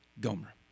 gomer